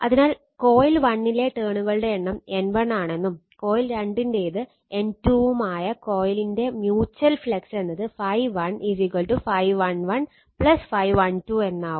അതിനാൽ കോയിൽ 1ലെ ടേണുകളുടെ എണ്ണം N1 ആണെന്നും കോയിൽ 2 ന്റേത് N2 വും ആയ കോയിലിന്റെ മ്യുച്ചൽ ഫ്ലക്സ് എന്നത് ∅1∅11∅12 എന്നാവും